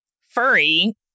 furry